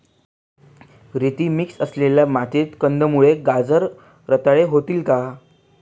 रेती मिक्स असलेल्या मातीत कंदमुळे, गाजर रताळी होतील का?